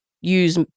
use